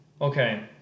Okay